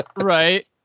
Right